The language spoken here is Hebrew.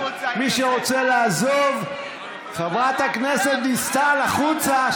מי שרוצה לעזוב, חברת הכנסת דיסטל, החוצה.